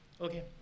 Okay